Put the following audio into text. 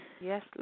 Yes